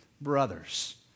brothers